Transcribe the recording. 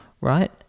right